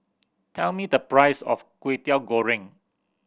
tell me the price of Kway Teow Goreng